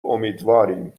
امیدواریم